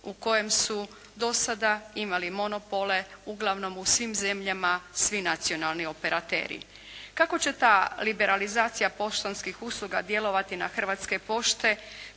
u kojem su do sada imali monopole uglavnom u svim zemljama svi nacionalni operateri. Kako će ta liberalizacija poštanskih usluga djelovati na Hrvatske pošte,